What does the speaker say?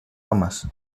homes